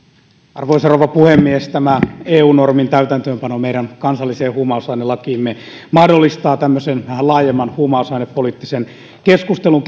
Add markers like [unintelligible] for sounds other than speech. arvoisa rouva puhemies tämä eu normin täytäntöönpano meidän kansalliseen huumausainelakiimme mahdollistaa tämmöisen vähän laajemman huumausainepoliittisen keskustelun [unintelligible]